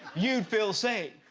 you'd feel safe.